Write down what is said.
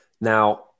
Now